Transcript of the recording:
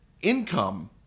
income